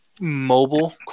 Mobile